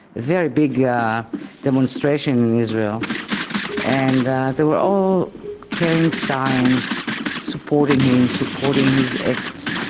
very big yeah demonstration in israel and they were all carrying signs supporting him, supporting his acts,